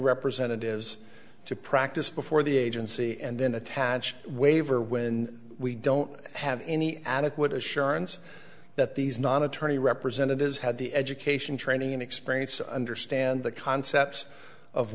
representatives to practice before the agency and then attach waiver when we don't have any adequate assurance that these non attorney representatives had the education training and experience understand the concepts of